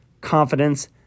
confidence